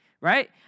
right